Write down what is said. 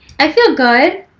i feel good.